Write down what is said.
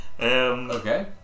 Okay